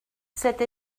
cette